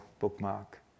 bookmark